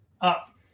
up